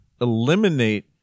eliminate